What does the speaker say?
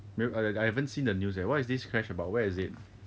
I I haven't seen the news eh what is this crash about where is it